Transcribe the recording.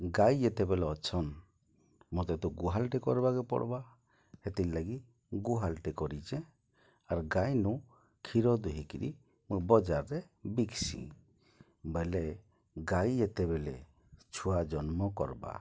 ଗାଈ ଯେତେବେଲେ ଅଛନ୍ ମତେ ତ ଗୁହାଳ୍ଟେ କର୍ବାକେ ପଡ଼୍ବା ହେତିର୍ଲାଗି ଗୁହାଳ୍ଟେ କରିଚେଁ ଆର୍ ଗାଈନୁ କ୍ଷୀର ଦୁହିଁକିରି ମୁଇଁ ବଜାର୍ରେ ବିକସିଁ ବଏଲେ ଗାଈ ଯେତେବେଲେ ଛୁଆ ଜନ୍ମ କର୍ବା